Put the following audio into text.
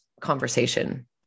conversation